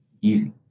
easy